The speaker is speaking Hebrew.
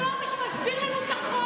הוא מסביר לנו את החוק,